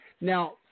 Now